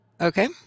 Okay